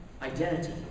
Identity